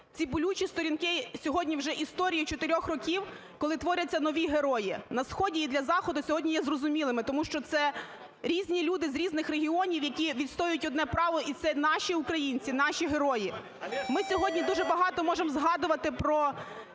ці болючі сторінки, сьогодні вже історії, чотирьох років, коли творяться нові герої. На сході і для заходу сьогодні є зрозумілими, тому що це різні люди з різних регіонів, які відстоюють одне право і це наші українці, наші герої. Ми сьогодні дуже багато можемо згадувати про